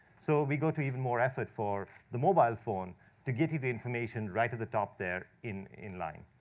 so we go to even more effort for the mobile phone to give you the information right at the top there in in line.